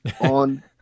on